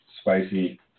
spicy